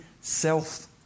self